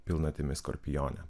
pilnatimi skorpione